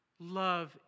love